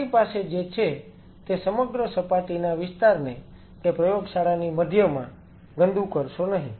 તમારી પાસે જે છે તે સમગ્ર સપાટીના વિસ્તારને કે પ્રયોગશાળાની મધ્યમાં ગંદુ કરશો નહીં